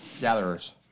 Gatherers